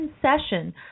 concession